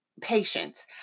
Patience